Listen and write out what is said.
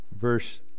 verse